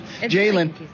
Jalen